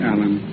Alan